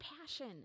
passion